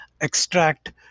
extract